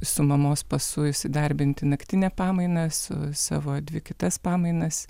su mamos pasu įsidarbint į naktinę pamainą su savo dvi kitas pamainas